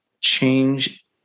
change